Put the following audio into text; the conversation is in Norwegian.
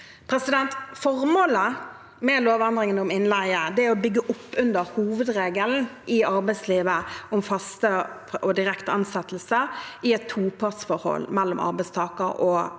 Formålet med lovendringene om innleie er å bygge opp under hovedregelen i arbeidslivet om faste og direkte ansettelser i et topartsforhold mellom arbeidstaker og